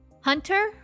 Hunter